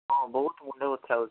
ହଁ ବହୁତ ମୁଣ୍ଡ ବଥା ହେଉଛି